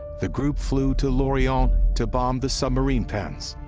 the group flew to lorient to bomb the submarine pens.